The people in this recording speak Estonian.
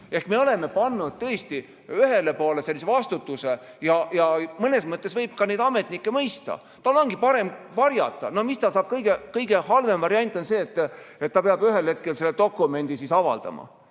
Ehk me oleme pannud tõesti ühele poolele sellise vastutuse. Mõnes mõttes võib ka neid ametnikke mõista. Tal ongi parem varjata. Kõige halvem variant on see, et ta peab ühel hetkel selle dokumendi avaldama.